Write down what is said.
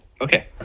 okay